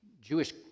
Jewish